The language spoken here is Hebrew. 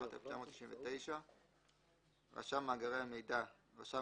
התשנ"ט 1999‏; "רשם מאגרי המידע" רשם